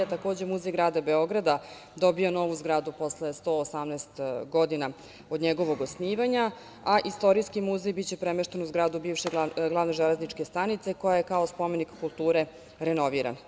Takođe, Muzej grada Beograda je dobio novu zgradu posle 118. godina od njegovog osnivanja, a Istorijski muzej biće premešten u zgradu bivše Glavne železničke stanice, koja je kao spomenik kulture renovirana.